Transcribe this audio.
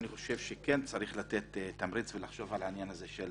אני חושב שכן צריך לתת תמריץ ולחשוב על העניין הזה של